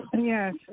Yes